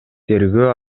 тергөө